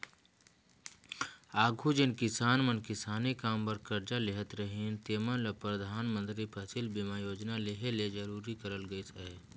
आघु जेन किसान मन किसानी काम बर करजा लेहत रहिन तेमन ल परधानमंतरी फसिल बीमा योजना लेहे ले जरूरी करल गइस अहे